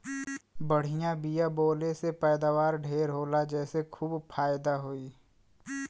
बढ़िया बिया बोवले से पैदावार ढेर होला जेसे खूब फायदा होई